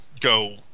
go